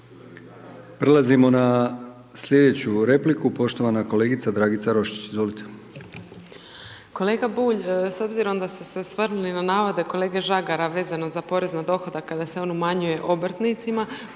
Prelazimo na sljedeću repliku, poštovana kolegica Dragica Roščić. Izvolite.